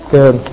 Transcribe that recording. Good